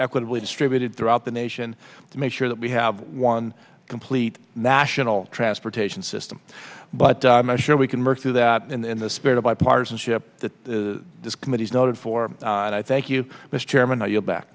equitably distributed throughout the nation to make sure that we have one complete national transportation system but i'm not sure we can work through that in the spirit of bipartisanship that this committee is noted for and i thank you mr chairman and your back